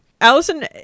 Allison